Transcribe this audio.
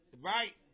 Right